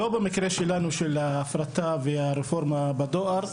לא במקרה שלנו של ההפרטה והרפורמה בדואר.